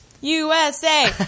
usa